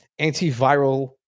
antiviral